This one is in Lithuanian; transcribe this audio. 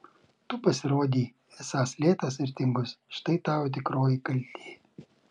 tu pasirodei esąs lėtas ir tingus štai tavo tikroji kaltė